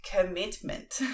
commitment